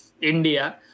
India